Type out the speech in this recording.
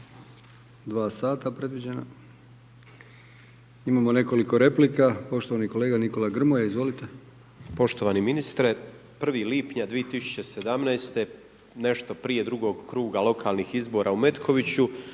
dva sata predviđena. Imamo nekoliko replika. Poštovani kolega Nikola Grmoja. Izvolite. **Grmoja, Nikola (MOST)** Poštovani ministre. 1. lipnja 2017. nešto prije drugog kruga lokalnih izbora u Metkoviću,